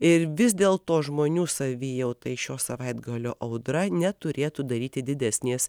ir vis dėlto žmonių savijautai šio savaitgalio audra neturėtų daryti didesnės